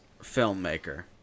filmmaker